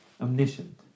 omniscient